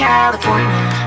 California